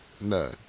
None